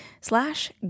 slash